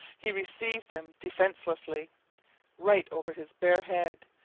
he received them defencelessly right over his bare head,